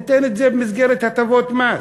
ניתן את זה במסגרת הטבות מס.